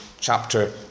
chapter